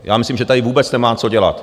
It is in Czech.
Já myslím, že tady vůbec nemá co dělat.